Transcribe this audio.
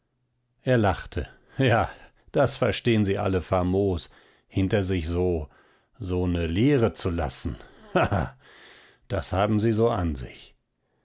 er lachte ja das verstehen sie alle famos hinter sich so so ne leere zu lassen ha ha das haben sie so an sich